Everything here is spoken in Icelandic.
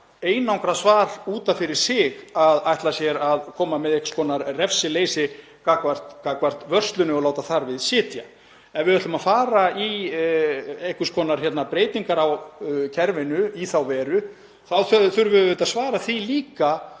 einangrað svar út af fyrir sig að ætla sér að koma með einhvers konar refsileysi gagnvart vörslunni og láta þar við sitja. Ef við ætlum að gera einhvers konar breytingar á kerfinu í þá veru þá þurfum við auðvitað líka